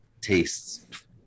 tastes